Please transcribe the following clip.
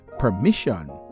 Permission